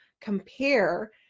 compare